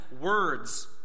words